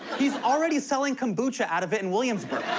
he's already selling kombucha out of it in williamsburg.